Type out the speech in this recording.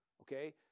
okay